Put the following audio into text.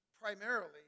primarily